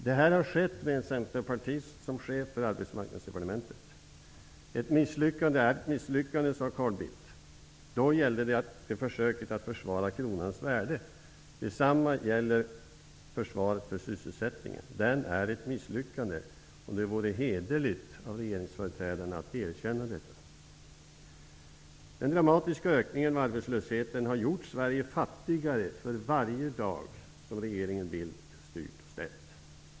Det har skett med en centerpartist som chef för Ett misslyckande är ett misslyckande, sade Carl Bildt. Då gällde det försöket att försvara kronans värde. Detsamma gäller försvaret för sysselsättningen. Den är ett misslyckande, och det vore hederligt av regeringsföreträdarna att erkänna detta. Den dramatiska ökningen av arbetslösheten har gjort Sverige fattigare för varje dag som regeringen Bildt styrt och ställt.